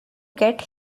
get